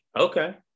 Okay